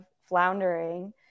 floundering